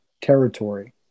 territory